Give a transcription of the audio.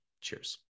Cheers